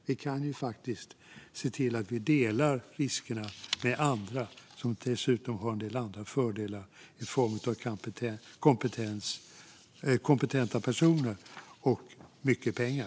Vi kan faktiskt se till att vi delar riskerna med andra, som dessutom har en del andra fördelar i form av kompetenta personer och mycket pengar.